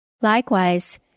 Likewise